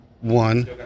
one